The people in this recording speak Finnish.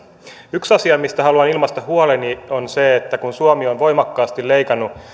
yksi asia mistä haluan ilmaista huoleni on se että kun suomi on voimakkaasti leikannut